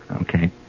okay